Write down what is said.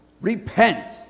Repent